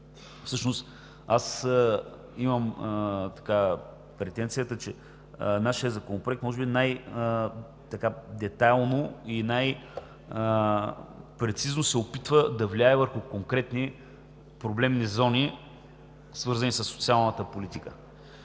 Всъщност аз имам претенцията, че нашият законопроект може би най-детайлно и най-прецизно се опитва да влияе върху конкретни проблемни зони, свързани със социалната политика,